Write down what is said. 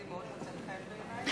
חוטובלי מאוד מוצאת חן בעיני,